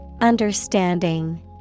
Understanding